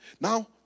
Now